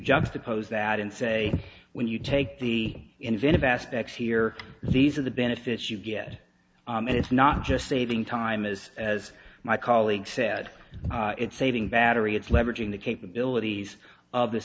suppose that and say when you take the innovative aspects here these are the benefits you get and it's not just saving time is as my colleague said it's saving battery it's leveraging the capabilities of this